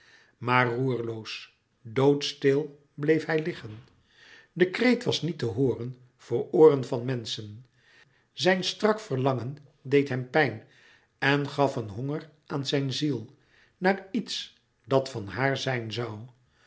maar roerloos doodstil bleef hij liggen louis couperus metamorfoze de kreet was niet te hooren voor ooren van menschen zijn strak verlangen deed hem pijn en gaf een honger aan zijn ziel naar iets dat van haar zijn zoû